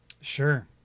Sure